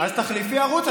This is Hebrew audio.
אז תחליפי ערוץ,